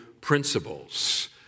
principles